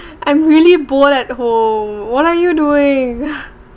I'm really bored at home what are you doing